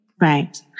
Right